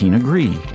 agree